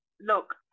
look